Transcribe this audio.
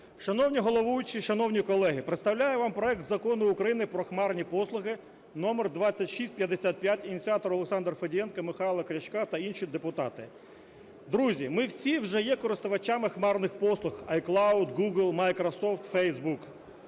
Шановний головуючий, шановні колеги, представляю вам проект Закону України про хмарні послуги (номер 2655). Ініціатори – Олександр Федієнко, Михайло Крячко та інші депутати. Друзі, ми всі вже є користувачами хмарних послуг: iCloude, Google, Microsoft, Facebook.